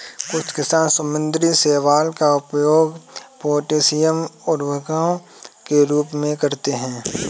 कुछ किसान समुद्री शैवाल का उपयोग पोटेशियम उर्वरकों के रूप में करते हैं